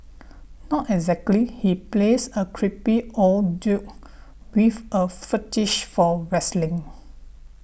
not exactly he plays a creepy old dude with a fetish for wrestling